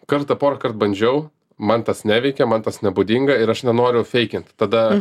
kartą porąkart bandžiau man tas neveikia man tas nebūdinga ir aš nenoriu feikint tada